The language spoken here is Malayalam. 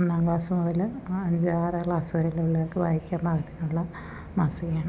ഒന്നാം ക്ലാസ് മുതൽ അഞ്ച് ആറ് ക്ലാസ് വരെയുള്ള പിള്ളേർക്ക് വായിക്കാൻ പാകത്തിനുള്ള മാസികയാണ്